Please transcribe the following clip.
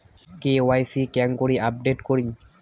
KYC কেঙ্গকরি update করিম?